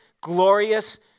glorious